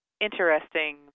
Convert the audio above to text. interesting